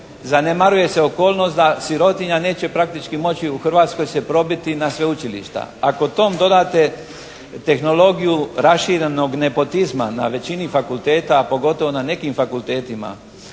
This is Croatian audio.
zanemaruje se okolnost da sirotinja neće praktički moći u Hrvatskoj probiti se na sveučilišta. Ako tome dodate tehnologiju raširenog nepotizma na većini fakulteta, pogotovo na nekim fakultetima